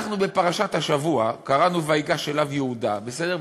אנחנו בפרשת השבוע קראנו "ויגש אליו יהודה", בסדר?